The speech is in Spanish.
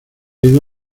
ido